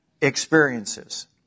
experiences